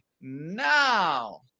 Now